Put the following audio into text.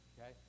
okay